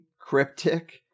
cryptic